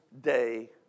day